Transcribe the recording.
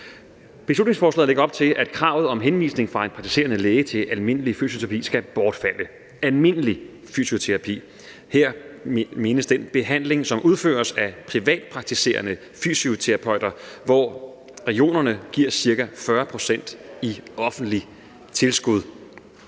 Beslutningsforslaget lægger op til, at kravet om henvisning fra en praktiserende læge til almindelig fysioterapi skal bortfalde, og med almindelig fysioterapi menes den behandling, som udføres af privatpraktiserende fysioterapeuter, hvor regionerne giver ca. 40 pct. i offentligt tilskud.